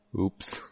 Oops